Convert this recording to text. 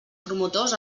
promotors